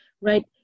right